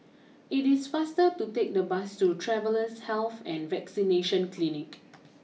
it is faster to take the bus to Travellers Health and Vaccination Clinic